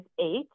eight